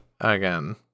Again